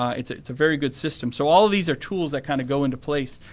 ah it's it's a very good system. so all of these are tools that kind of go into place